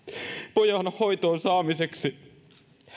pojan hoitoon saamiseksi